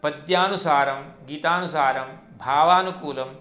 पद्यानुसारं गीतानुसारं भावानुकूलं